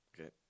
Okay